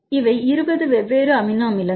இவை 20 வெவ்வேறு அமினோ அமிலங்கள்